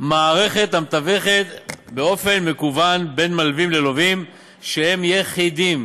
מערכת המתווכת באופן מקוון בין מלווים ללווים שהם יחידים,